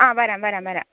ആ വരാം വരാം വരാം